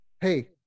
hey